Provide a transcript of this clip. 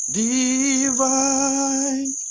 divine